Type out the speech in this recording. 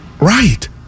Right